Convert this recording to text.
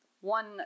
one